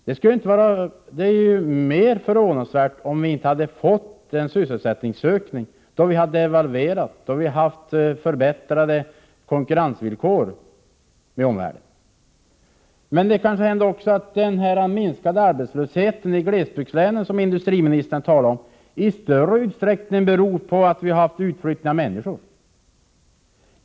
Det hade varit mer förvånansvärt om vi inte hade fått denna sysselsättningsökning, då vi har devalverat och därigenom skapat förbättrade konkurrensvillkor i förhållande till omvärlden. Men den minskning av arbetslösheten i glesbygdslänen vilken industriministern talar om i större utsträckning kanske beror på att det har förekommit en utflyttning av människor.